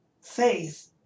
faith